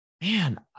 man